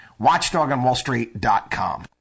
Watchdogonwallstreet.com